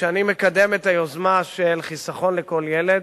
כשאני מקדם את היוזמה של "חיסכון לכל ילד",